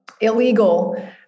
illegal